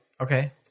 okay